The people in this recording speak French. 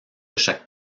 chaque